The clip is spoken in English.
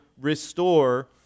restore